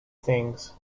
things